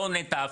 לא נת"ע,